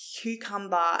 cucumber